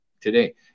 today